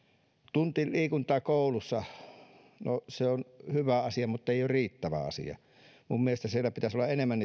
tunti liikuntaa koulussa no se on hyvä asia mutta ei ole riittävä asia minun mielestäni siellä pitäisi olla enemmän